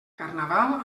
carnaval